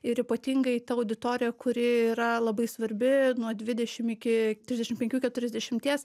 ir ypatingai ta auditorija kuri yra labai svarbi nuo dvidešim iki trisdešim penkių keturiasdešimties